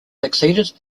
succeeded